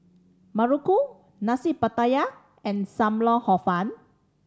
muruku Nasi Pattaya and Sam Lau Hor Fun